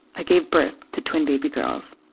i gave birth to twin bp girls.